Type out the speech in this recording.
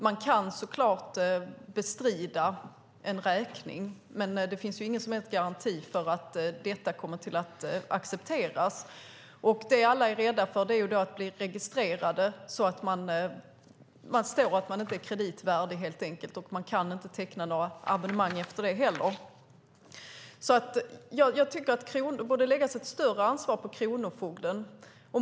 Man kan såklart bestrida en räkning, men det finns ingen som helst garanti för att det kommer att accepteras. Det alla är rädda för är att bli registrerade så att det helt enkelt står i ett register att man inte är kreditvärdig. Därefter kan man inte heller teckna några abonnemang. Jag tycker att det borde läggas ett större ansvar på kronofogden.